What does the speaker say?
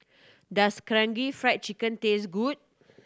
does Karaage Fried Chicken taste good